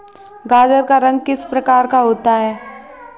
गाजर का रंग किस प्रकार का होता है?